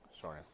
sorry